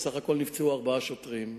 בסך הכול נפצעו ארבעה שוטרים.